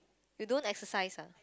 you don't exercise ah